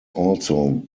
also